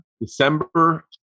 December